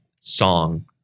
song